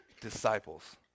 disciples